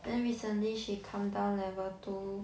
then recently she come down level two